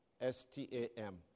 S-T-A-M